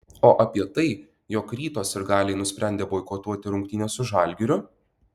o apie tai jog ryto sirgaliai nusprendė boikotuoti rungtynes su žalgiriu